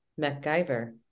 MacGyver